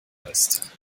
heißt